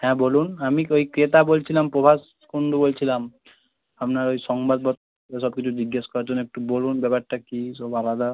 হ্যাঁ বলুন আমি ওই ক্রেতা বলছিলাম প্রভাস কুন্ডু বলছিলাম আপনার ওই সংবাদপত্র ওসব কিছু জিজ্ঞেস করার জন্য একটু বলুন ব্যাপারটা কী সব আলাদা